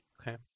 Okay